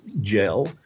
gel